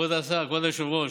כבוד השר, כבוד היושב-ראש,